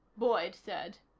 boyd said.